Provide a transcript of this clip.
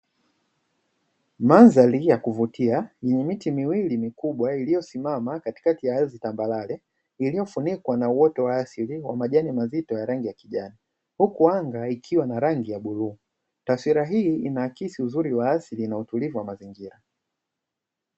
Mandhari ya kuvutia yenye miti miwili mikubwa iliyosimama katikati zambarare iliyofunikwa na uoto wa asili wa majani mazito ya rangi ya kijani huku anga ikiwa na rangi ya bluu, taswira hii inaakisi uzuri wa asili na utulivu wa mazingira.